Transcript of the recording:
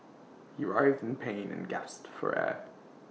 he writhed in pain and gasped for air